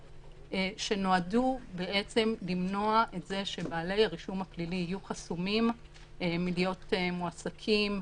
שנועדו למנוע את זה שבעלי הרישום הפלילי יהיו חסומים מלהיות מועסקים,